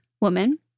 woman